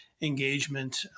engagement